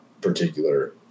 particular